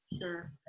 Sure